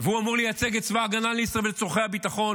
והוא אמור לייצג את צבא ההגנה לישראל ואת צורכי הביטחון,